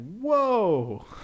Whoa